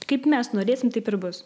kaip mes norėsim taip ir bus